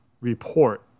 report